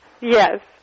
Yes